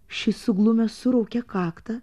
šis suglumęs suraukė kaktą